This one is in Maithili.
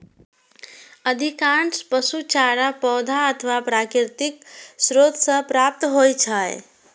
अधिकांश पशु चारा पौधा अथवा प्राकृतिक स्रोत सं प्राप्त होइ छै